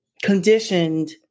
Conditioned